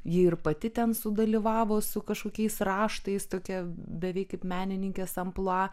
ji ir pati ten sudalyvavo su kažkokiais raštais tokie beveik kaip menininkės amplua